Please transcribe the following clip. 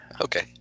Okay